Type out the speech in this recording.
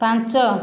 ପାଞ୍ଚ